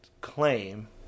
claim